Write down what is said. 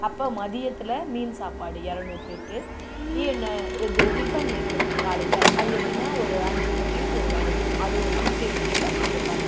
அப்போ மதியத்தில் மீன் சாப்பாடு இரநூறு பேருக்கு இ இது டிஃபன் கொடுப்போம் காலையில அது எப்படினா ஒரு அஞ்சு இட்லியும் ஒரு வடையும் அது ஒரு ஃபிஃப்டி ருபீஸ் அப்படி கேட்பாங்க